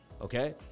Okay